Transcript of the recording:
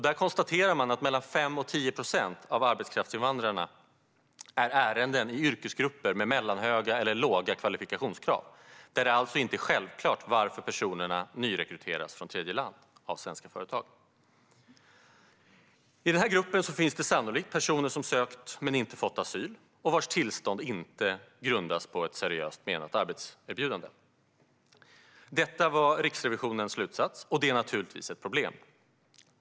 Där konstaterade man att 5-10 procent av arbetskraftsinvandrarnas ärenden gäller yrkesgrupper med mellanhöga eller låga kvalifikationskrav där det inte är självklart varför personerna nyrekryteras från tredjeland av svenska företag. I den här gruppen finns sannolikt personer som sökt men inte fått asyl och vars tillstånd inte grundas på ett seriöst menat arbetserbjudande. Det var Riksrevisionens slutsats, och det är naturligtvis ett problem.